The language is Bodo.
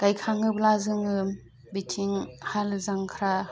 गायखाङोब्ला जोङो बिथिं हाल जांख्रा